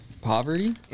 Poverty